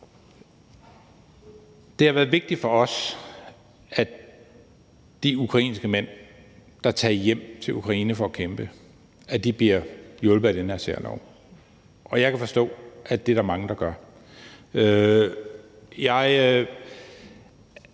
Det har været vigtigt for os, at de ukrainske mænd, der tager hjem til Ukraine for at kæmpe, bliver hjulpet af den her særlov, og jeg kan forstå, at det er der mange der gør. Jeg